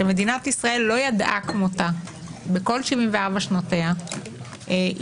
שמדינת ישראל לא ידעה כמותה בכל 74 שנותיה היא